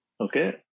okay